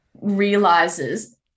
realizes